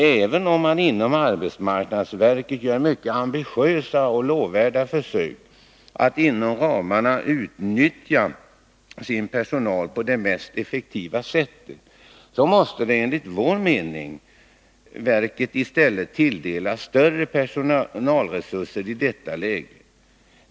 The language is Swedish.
Även om arbetsmarknadsverket gör mycket ambitiösa och lovvärda försök att inom givna ramar nyttja sin personal på det mest effektiva sättet, måste enligt vår mening verket i stället tilldelas större personalresurser i detta läge.